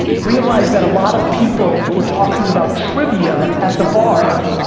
realized that a lot of people were talking about trivia at the bar,